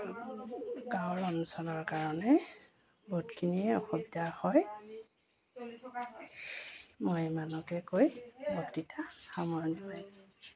গাঁৱৰ অঞ্চলৰ কাৰণে বহুতখিনিয়ে অসুবিধা হয় মই ইমানকে কৈ বৃত্তৃতা সামৰণি মাৰিলোঁ